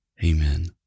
amen